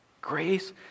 Grace